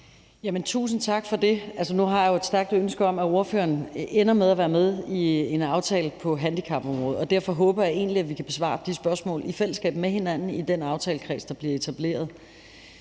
tusind tak for det. Nu har jeg jo et stærkt ønske om, at ordføreren ender med at være med i en aftale på handicapområdet, og derfor håber jeg egentlig, at vi kan besvare de spørgsmål i fællesskab med hinanden i den aftalekreds, der bliver etableret.